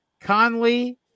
Conley